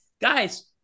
guys